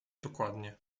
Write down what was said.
dokładnie